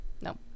No